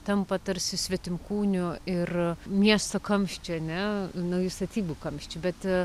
tampa tarsi svetimkūniu ir miesto kamščiu ar ne naujų statybų kamščiu bet